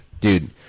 dude